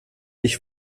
ich